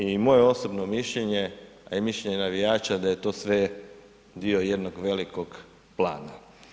I moje osobno mišljenje a i mišljenje navijača da je to sve dio jednog velikog plana.